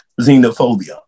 xenophobia